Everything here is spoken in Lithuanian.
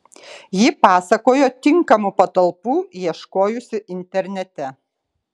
ji pasakojo tinkamų patalpų ieškojusi internete